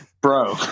Bro